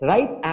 Right